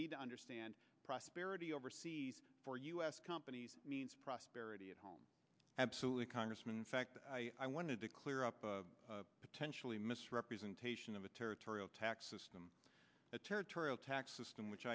need to understand prosperity overseas for u s companies means prosperity at home absolutely congressman in fact i wanted to clear up potentially misrepresentation of a territorial tax system a territorial tax